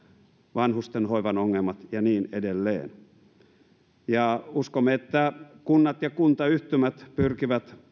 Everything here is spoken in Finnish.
vanhustenhoivan ongelmat ja niin edelleen uskomme että kunnat ja kuntayhtymät pyrkivät